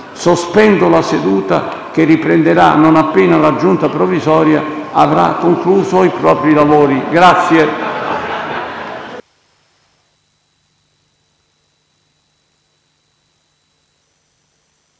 Sospendo la seduta, che riprenderà non appena la Giunta provvisoria avrà concluso i propri lavori. *(La